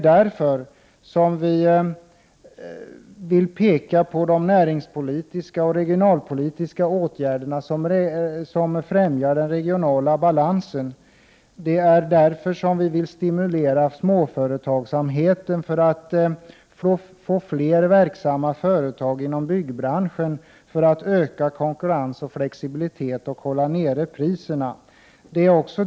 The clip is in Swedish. Därför vill vi poängtera de näringspolitiska och regionalpolitiska åtgärderna, som främjar den regionala balansen. Därför vill vi stimulera småföretagsamheten för att få flera verksamma företag inom byggbranschen, vilket ökar konkurrensen och flexibiliteten och håller priserna nere.